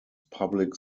public